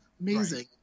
Amazing